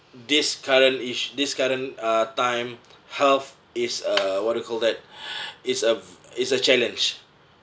this current iss~ this current uh time health is uh what you call that it's a v~ it's a challenge